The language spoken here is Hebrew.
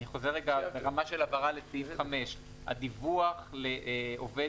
אני חוזר לרמה של הבהרה לסעיף 5. "הדיווח לעובד